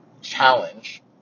challenge